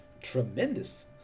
tremendous